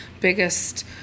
biggest